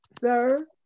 sir